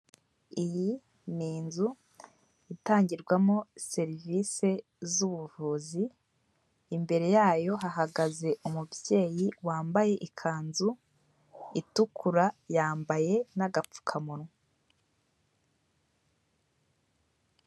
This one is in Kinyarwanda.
Iyi ni inzu itangirwamo serivisi zbuvuzi, imbere yayo hahagaze umubyeyi wambaye ikanzu itukura yambaye n'agapfukamunwa.